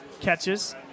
catches